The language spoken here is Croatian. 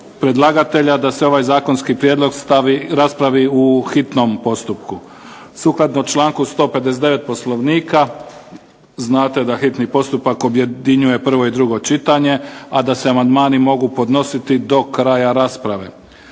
predlagatelja da se ovaj zakonski prijedlog raspravi u hitnom postupku. Sukladno članku 159. Poslovnika znate da hitni postupak objedinjuje prvo i drugo čitanje, a da se amandmani mogu podnositi do kraja rasprave.